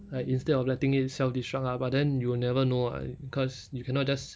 like instead of letting it self destruct lah but then you'll never know ah cause you cannot just